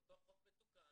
לאותו חוק מתוקן,